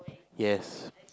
yes